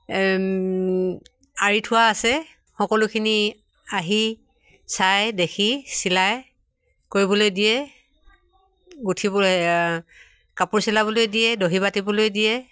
আৰি থোৱা আছে সকলোখিনি আহি চাই দেখি চিলাই কৰিবলৈ দিয়ে গোঁঠিব কাপোৰ চিলাবলৈ দিয়ে দহি বাতিবলৈ দিয়ে